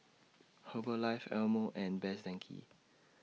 Herbalife Eye Mo and Best Denki